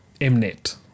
Mnet